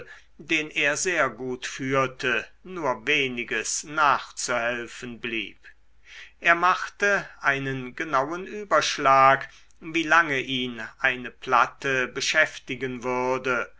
den er sehr gut führte nur weniges nachzuhelfen blieb er machte einen genauen überschlag wie lange ihn eine platte beschäftigen würde